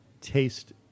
taste